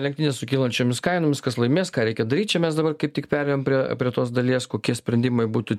lenktynės su kylančiomis kainomis kas laimės ką reikia daryt čia mes dabar kaip tik perėjom prie prie tos dalies kokie sprendimai būtų